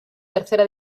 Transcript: tercera